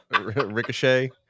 ricochet